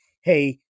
hey